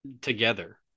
together